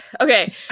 okay